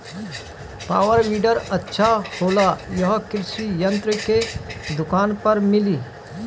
Power weeder अच्छा होला यह कृषि यंत्र के दुकान पर मिली?